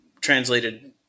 translated